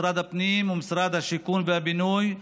משרד הפנים ומשרד הבינוי והשיכון,